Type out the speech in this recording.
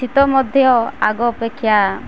ଶୀତ ମଧ୍ୟ ଆଗ ଅପେକ୍ଷା